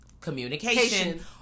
communication